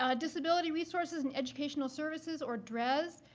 ah disability resources and educational services or dres,